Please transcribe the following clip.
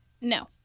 no